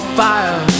fire